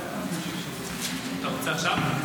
רוצה עכשיו?